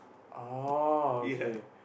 oh okay